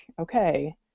okay